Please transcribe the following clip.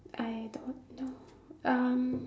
I don't know um